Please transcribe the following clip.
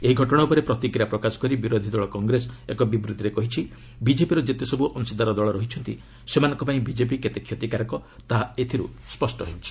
ଏହି ଘଟଣା ଉପରେ ପ୍ରତିକ୍ରିୟା ପ୍ରକାଶ କରି ବିରୋଧୀ ଦଳ କଂଗ୍ରେସ ଏକ ବିବୃଭିରେ କହିଛି ବିଜେପିର ଯେତେସବୁ ଅଂଶୀଦାର ଦଳ ରହିଛନ୍ତି ସେମାନଙ୍କ ପାଇଁ ବିଜେପି କେତେ କ୍ଷତିକାରକ ତାହା ଏଥିରୁ ସ୍ୱଷ୍ଟ ହୋଇଛି